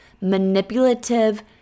manipulative